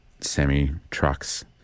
semi-trucks